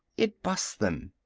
it busts them.